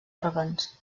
òrgans